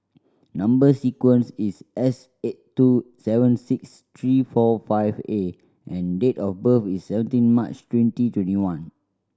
number sequence is S eight two seven six three four five A and date of birth is seventeen March twenty twenty one